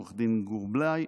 עו"ד גור בליי.